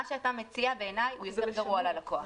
מה שאתה מציע הוא יותר גרוע ללקוח,